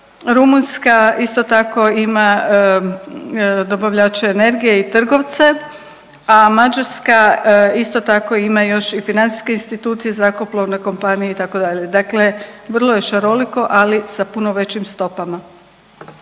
Rumunjska isto tako ima dobavljače energije i trgovce, a Mađarska isto tako ima još i financijske institucije, zrakoplovne kompanije itd. Dakle, vrlo je šaroliko ali sa puno većim stopama.